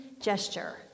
gesture